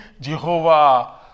Jehovah